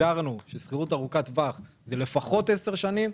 הגדרנו ששכירות ארוכת טווח זה לפחות 10 שנים,